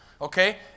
okay